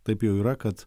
taip jau yra kad